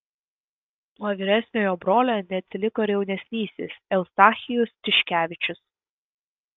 nuo vyresniojo brolio neatsiliko ir jaunesnysis eustachijus tiškevičius